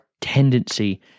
tendency